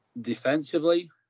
defensively